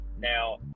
Now